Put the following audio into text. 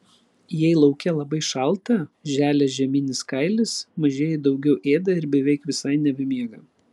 jei lauke labai šalta želia žieminis kailis mažieji daugiau ėda ir beveik visai nebemiega